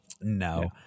No